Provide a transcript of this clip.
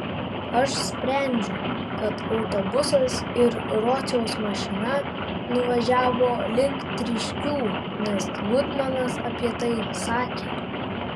aš sprendžiu kad autobusas ir rociaus mašina nuvažiavo link tryškių nes gutmanas apie tai sakė